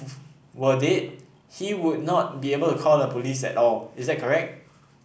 were dead he would not be able to call the police at all is that correct